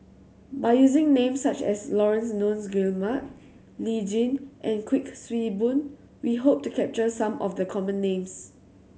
by using names such as Laurence Nunns Guillemard Lee Tjin and Kuik Swee Boon we hope to capture some of the common names